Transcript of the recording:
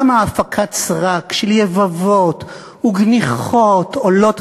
כמה הפקת סרק של יבבות וגניחות עולות